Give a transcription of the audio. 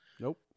Nope